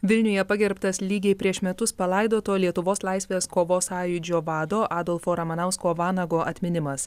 vilniuje pagerbtas lygiai prieš metus palaidoto lietuvos laisvės kovos sąjūdžio vado adolfo ramanausko vanago atminimas